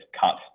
cut